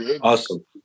awesome